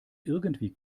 irgendwie